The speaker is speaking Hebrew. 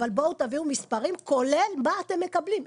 אבל בואו תביאו מספרים כולל מה אתם מקבלים,